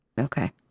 Okay